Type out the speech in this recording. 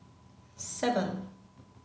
seven